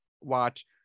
watch